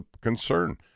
concern